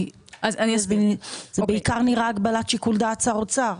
כי זה נראה בעיקר הגבלת שיקול דעת שר האוצר.